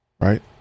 right